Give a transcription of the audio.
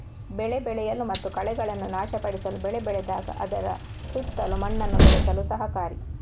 ಬೆಳೆ ಬೆಳೆಯಲು ಮತ್ತು ಕಳೆಗಳನ್ನು ನಾಶಪಡಿಸಲು ಬೆಳೆ ಬೆಳೆದಾಗ ಅದರ ಸುತ್ತಲೂ ಮಣ್ಣನ್ನು ಬೆರೆಸಲು ಸಹಕಾರಿ